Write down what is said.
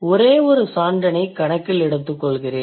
ஒரே ஒரு சான்றினை கணக்கில் எடுத்துக்கொள்கிறேன்